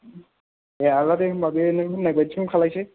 दे आदा दे होनबा बे नों होन्नाय बादिखौनो खालायसै